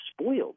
spoiled